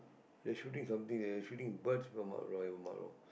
they shooting something they shooting birds if I'm not wrong if I'm not wrong